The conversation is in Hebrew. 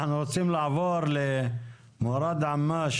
אנחנו רוצים לעבור למוראד עמאש,